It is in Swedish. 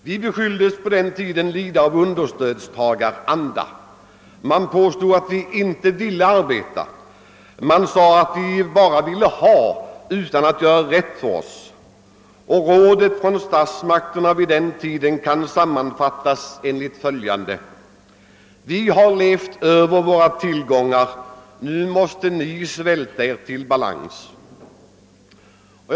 Vi beskylldes på den tiden för understödstagaranda, man påstod att vi inte ville arbeta, man sade att vi bara ville ha utan att göra rätt för oss, och rådet från statsmakterna vid den tiden kan sammanfattas: Vi har levt över våra tillgångar; nu måste ni svälta er till balans.